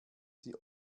sie